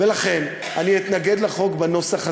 ולכן אתנגד לחוק בנוסח הזה.